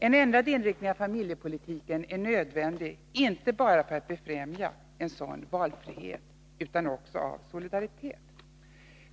En ändrad inriktning av familjepolitiken är nödvändig, inte bara för att befrämja en sådan valfrihet utan också av solidaritetsskäl.